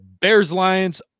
Bears-Lions